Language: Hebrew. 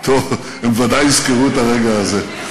טוב, הם ודאי יזכרו את הרגע הזה.